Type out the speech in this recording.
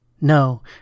No